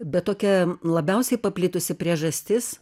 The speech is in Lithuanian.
bet tokia labiausiai paplitusi priežastis